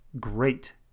great